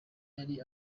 yari